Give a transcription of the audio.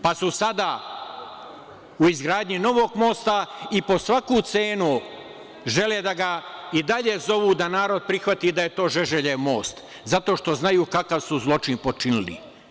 Pa su sada u izgradnji novog mosta i po svaku cenu žele da ga i dalje zovu da narod prihvati da je to Žeželjev most, zato što znaju kakav su zločin počinili.